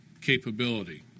capability